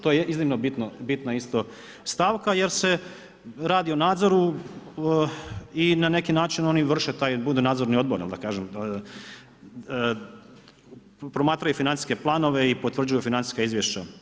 To je iznimno bitna, bitna isto stavka jer se radi o nadzoru i na neki način oni vrše taj, bude nadzorni odbor ili da kažem, promatraju financijske planove i potvrđuju financijska izvješća.